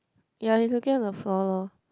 yea it's okay on the floor loh